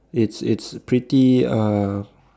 it's it's pretty uh